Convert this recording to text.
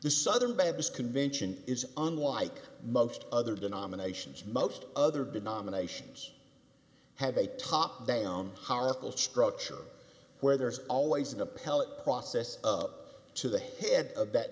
the southern baptist convention is unlike most other denominations most other denominations have a top down powerful structure where there is always an appellate process up to the head of